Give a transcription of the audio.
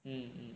mm mm